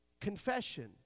Confession